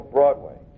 Broadway